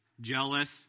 jealous